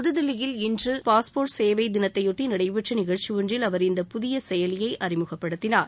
புதுகில்லியில் இன்று பாஸ்போா்ட் சேவை தினத்தையொட்டி நடைபெற்ற நிகழ்ச்சி ஒன்றில் அவர் இந்த புதிய செயலியை அறிமுகப்படுத்தினார்